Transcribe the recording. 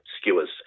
skewers